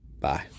Bye